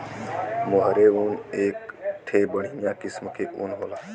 मोहेर ऊन एक ठे बढ़िया किस्म के ऊन होला